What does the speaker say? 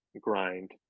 grind